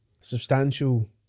substantial